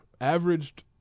averaged